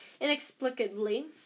inexplicably